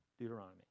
Deuteronomy